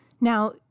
Now